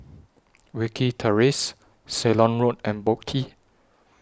Wilkie Terrace Ceylon Road and Boat Quay